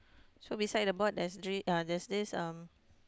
so beside the board there's this uh there's this um